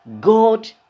god